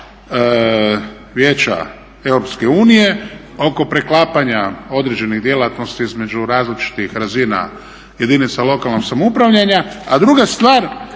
Vijeća EU oko preklapanja djelatnosti između različitih razina jedinica lokalnog samoupravljanja, a druga stvar